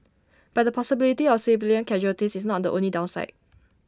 but the possibility of civilian casualties is not the only downside